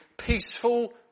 peaceful